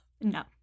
No